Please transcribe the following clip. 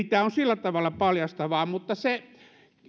tämä on sillä tavalla paljastavaa se